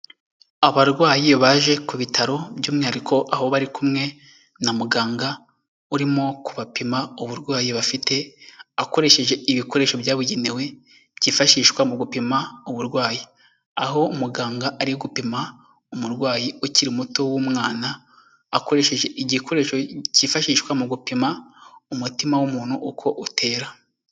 Abarwayi baje ku bitaro by'umwihariko aho bari kumwe na muganga urimo kubapima uburwayi bafite, akoresheje ibikoresho byabugenewe byifashishwa mu gupima uburwayi. Aho muganga ari gupima umurwayi ukiri muto w'umwana, akoresheje igikoresho cyifashishwa mu gupima umutima w'umuntu uko utera.